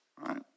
right